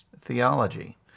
theology